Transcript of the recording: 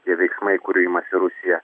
tie veiksmai kurių imasi rusija